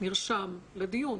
נרשם לדיון.